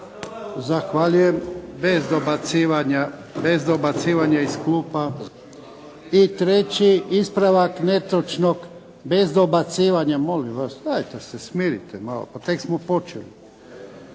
Zahvaljujem. Bez dobacivanja iz klupa. Bez dobacivanja, molim vas. Dajte se smirite malo. Pa tek smo počeli.